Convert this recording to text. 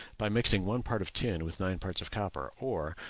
by mixing one part of tin with nine parts of copper, or,